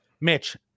Mitch